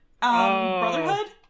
brotherhood